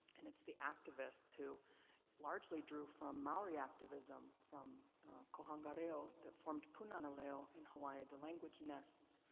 and it's the activists who largely drew from maori activism, from kohanga reo that formed punana leo in hawaii the language nests.